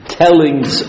tellings